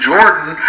Jordan